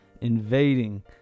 invading